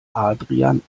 adrian